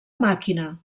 màquina